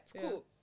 cool